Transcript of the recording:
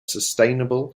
sustainable